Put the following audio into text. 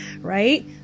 right